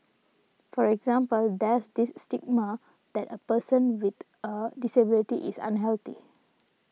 for example there's this stigma that a person with a disability is unhealthy